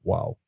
Wow